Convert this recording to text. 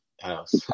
house